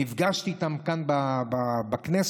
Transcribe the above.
נפגשתי איתם כאן בכנסת.